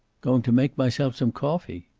going to make myself some coffee.